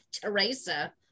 Teresa